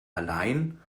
allein